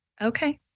okay